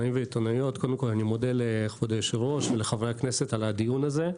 קודם כל אני מודה לכבוד היושב ראש וחברי הכנסת על הדיון הזה.